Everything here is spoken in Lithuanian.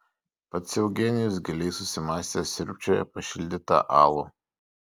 pats eugenijus giliai susimąstęs siurbčioja pašildytą alų